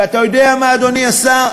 ואתה יודע מה, אדוני השר?